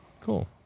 Cool